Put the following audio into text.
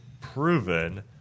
proven